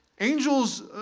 Angels